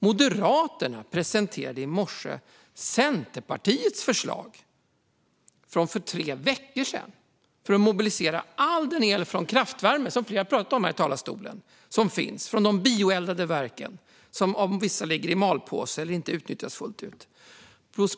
Moderaterna presenterade i morse Centerpartiets förslag från för tre veckor sedan om att mobilisera all den el från kraftvärme som finns från de bioeldade verken, där vissa ligger i malpåse eller inte utnyttjas fullt ut.